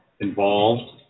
involved